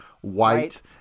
white